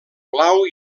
blau